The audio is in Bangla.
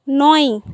নয়